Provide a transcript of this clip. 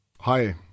Hi